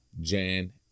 Jan